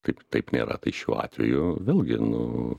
taip taip nėra tai šiuo atveju vėlgi nu